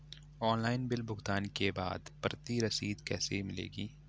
Online bill भुगतान के बाद प्रति रसीद कैसे मिलेगी?